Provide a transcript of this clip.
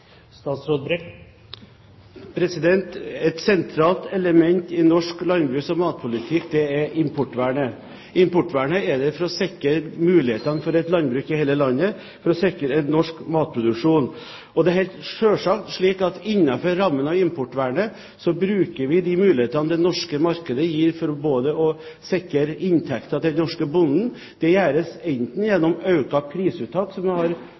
Et sentralt element i norsk landbruks- og matpolitikk er importvernet. Importvernet er der for å sikre mulighetene for et landbruk i hele landet, for å sikre norsk matproduksjon. Det er selvsagt slik at innenfor rammen av importvernet bruker vi de mulighetene det norske markedet gir, for å sikre inntekter til den norske bonden. Det gjøres enten gjennom økte prisuttak – som